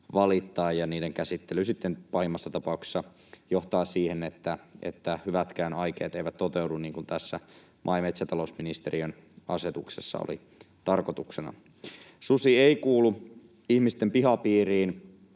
asioiden käsittely sitten pahimmassa tapauksessa johtaa siihen, että hyvätkään aikeet eivät toteudu, niin kuin tässä maa- ja metsätalousministeriön asetuksessa oli tarkoituksena. Susi ei kuulu ihmisten pihapiiriin,